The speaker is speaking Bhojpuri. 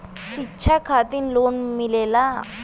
शिक्षा खातिन लोन मिलेला?